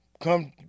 Come